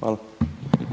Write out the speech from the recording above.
Hvala.